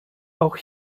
auch